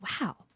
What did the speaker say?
wow